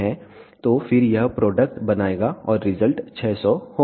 तो फिर यह प्रोडक्ट बनाएगा और रिजल्ट 600 होगा